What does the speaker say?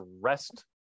rest